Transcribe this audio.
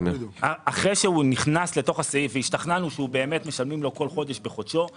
אחרי שהוא נכנס אל תוך הסעיף והשתכנענו שבאמת משלמים לו חודש בחודשו